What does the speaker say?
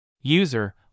User